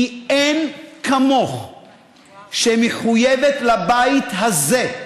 כי אין כמוך שמחויבת לבית הזה.